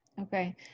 Okay